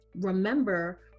remember